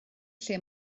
lle